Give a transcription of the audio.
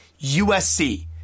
USC